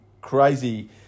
crazy